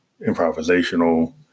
improvisational